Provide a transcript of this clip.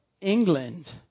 England